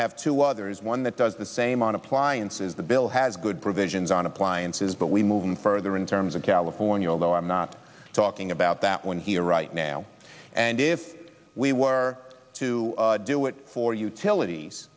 have two others one that does the same on appliances the bill has good provisions on appliances but we moving further in terms of california although i'm not talking about that one here right now and if we were to do it for utilities